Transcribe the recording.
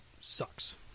sucks